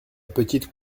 petite